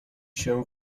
się